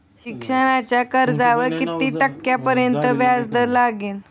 शिक्षणाच्या कर्जावर किती टक्क्यांपर्यंत व्याजदर लागेल?